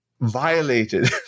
violated